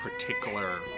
particular